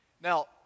Now